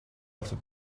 after